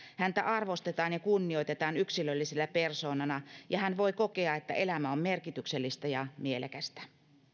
häntä arvostetaan ja kunnioitetaan yksilöllisenä persoonana ja hän voi kokea että elämä on merkityksellistä ja mielekästä